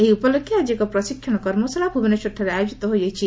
ଏହି ଉପଲକ୍ଷେ ଆକି ଏକ ପ୍ରଶିକ୍ଷଣ କର୍ମଶାଳା ଭୁବନେଶ୍ୱରଠାରେ ଆୟୋଜିତ ହୋଇଯାିଛି